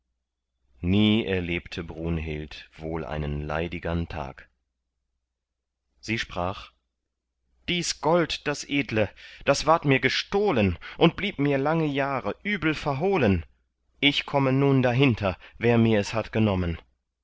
nie erlebte brunhild wohl einen leidigern tag sie sprach dies gold das edle das ward mir gestohlen und blieb mir lange jahre übel verhohlen ich komme nun dahinter wer mir es hat genommen